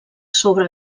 sobre